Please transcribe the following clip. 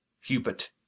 Hubert